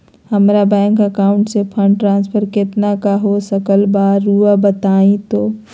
हमरा bank account से fund transfer कितना का हो सकल बा रुआ बताई तो?